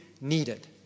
needed